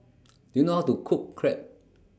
Do YOU know How to Cook Crepe